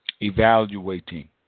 Evaluating